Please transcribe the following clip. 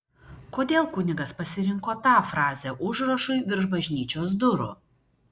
kodėl kunigas pasirinko tą frazę užrašui virš bažnyčios durų